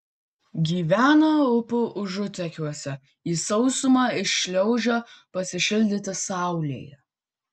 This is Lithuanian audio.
gyvena upių užutekiuose į sausumą iššliaužia pasišildyti saulėje